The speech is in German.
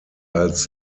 als